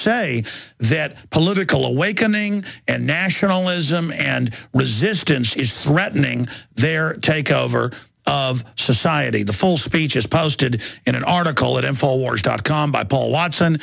say that political awakening and nationalism and resistance is threatening their takeover of society the full speech as posted in an article in four wars dot com by paul watson